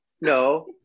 no